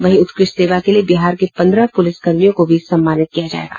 वहीं उत्कृष्ट सेवा के लिए बिहार के पन्द्रह पुलिसकर्मियों को सम्मानित किया जायेगा